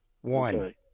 One